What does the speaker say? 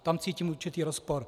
Tam cítím určitý rozpor.